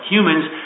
Humans